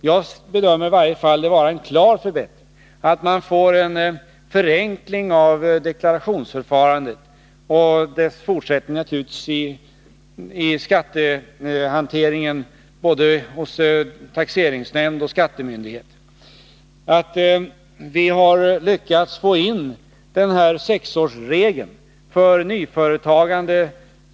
Jag bedömer det i varje fall vara en klar förbättring att man får en förenkling av deklarationsförfarandet — och naturligtvis den fortsatta hanteringen hos både taxeringsnämd och skattemyndighet. Vi har vidare lyckats få in sexårsregeln för nyföretagande.